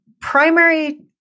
primary